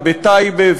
ובטייבה,